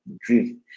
dream